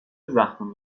زخم